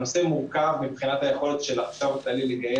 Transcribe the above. אנחנו מגדילים את המינוף שלנו בלי שום אופק ובלי שום